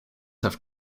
have